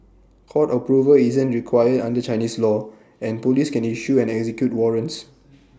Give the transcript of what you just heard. court approval isn't required under Chinese law and Police can issue and execute warrants